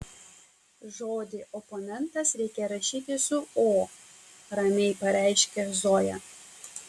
žodį oponentas reikia rašyti su o ramiai pareiškė zoja